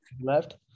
left